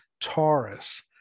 Taurus